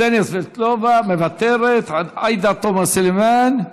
קסניה סבטלובה, מוותרת, עאידה תומא סלימאן,